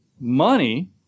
money